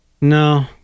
No